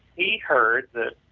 he heard that